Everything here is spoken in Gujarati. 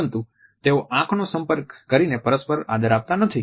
પરંતુ તેઓ આંખનો સંપર્ક કરીને પરસ્પર આદર આપતા નથી